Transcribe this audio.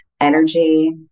energy